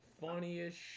funniest